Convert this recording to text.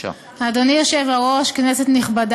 והרווחה להמשך דיון ולהכנתה לקריאה שנייה ושלישית.